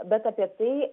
bet apie tai